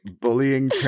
bullying